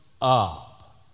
up